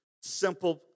simple